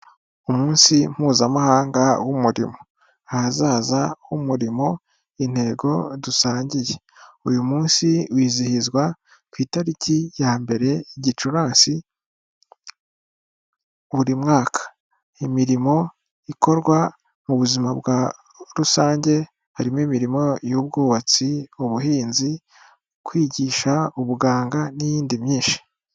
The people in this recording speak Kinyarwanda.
umunsi mpuzamahanga w'umurimo ahazaza h'umurimo intego dusangiye uyu munsi wizihizwa ku itariki ya mbere gicurasi buri mwaka imirimo ikorwa mu buzima rusange harimo imirimo y'ubwubatsi, ubuhinzi, kwigisha, ubuganga n'iyindi myinshi.